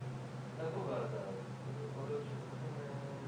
פה היום והוא כל השלב שלפני האבחון.